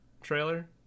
trailer